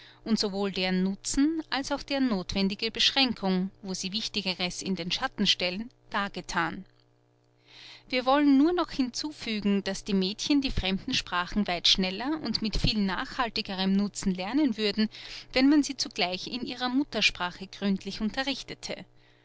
und sowohl deren nutzen als auch deren nothwendige beschränkung wo sie wichtigeres in den schatten stellen dargethan wir wollen nur noch hinzufügen daß die mädchen die fremden sprachen weit schneller und mit viel nachhaltigerem nutzen lernen würden wenn man sie zugleich in ihrer muttersprache gründlich unterrichtete